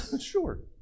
sure